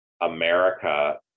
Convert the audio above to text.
America